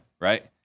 Right